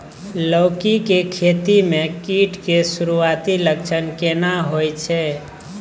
लौकी के खेती मे कीट के सुरूआती लक्षण केना होय छै?